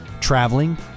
traveling